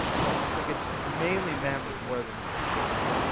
but i think it's mainly memory. more than spatial.